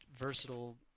versatile